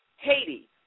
Haiti